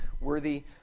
worthy